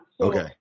Okay